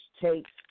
takes